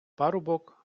парубок